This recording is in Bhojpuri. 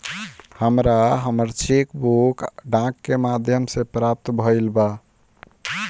हमरा हमर चेक बुक डाक के माध्यम से प्राप्त भईल बा